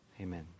Amen